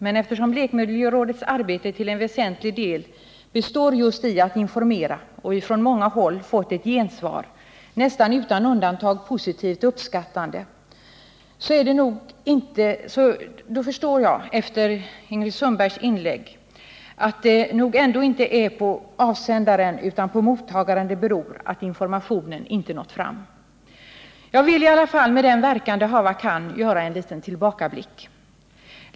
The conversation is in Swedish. Men eftersom lekmiljörådets arbete till väsentlig del består just i att informera och vi från många håll fått gensvar — nästan utan undantag positivt och uppskattande — förstår jag efter Ingrid Sundbergs inlägg att det nog ändå inte är på avsändaren utan på mottagaren det beror att informationen inte nått fram. Jag vill i alla fall, med den verkan det hava kan, göra en liten tillbakablick.